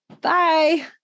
Bye